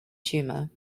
tumour